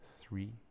three